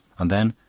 and then,